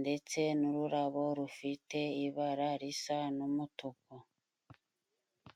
ndetse n'ururabo rufite ibara risa n'umutuku.